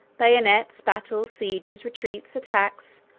bayonets, battles, sieges, retreats, attacks,